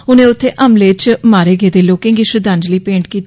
उनें उत्थे हमले च मारे गेदे लोकें गी श्रद्वांजलि भेंट कीती